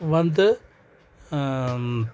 வந்து